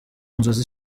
nzozi